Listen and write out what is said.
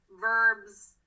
verbs